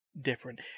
different